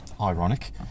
Ironic